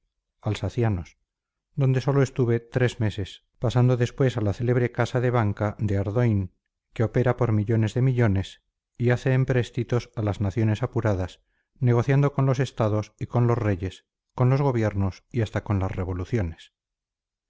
alsacianos donde sólo estuve tres meses pasando después a la célebre casa de banca de ardoin que opera por millones de millones y hace empréstitos a las naciones apuradas negociando con los estados y con los reyes con los gobiernos y hasta con las revoluciones